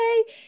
okay